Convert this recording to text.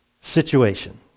situation